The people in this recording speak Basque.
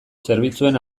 zerbitzuen